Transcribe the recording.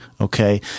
okay